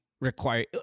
require